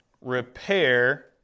repair